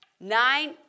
nine